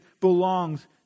belongs